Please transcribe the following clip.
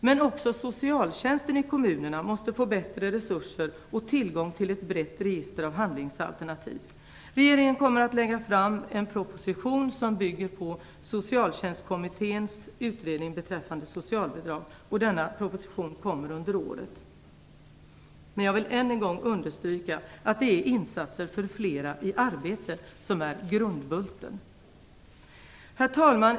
Men också socialtjänsten i kommunerna måste få bättre resurser och tillgång till ett brett register av handlingsalternativ. Regeringen kommer under detta år att lägga fram en proposition som bygger på Socialtjänstkommitténs utredning beträffande socialbidrag. Men jag vill än en gång understryka att det är insatser för flera i arbete som är grundbulten. Herr talman!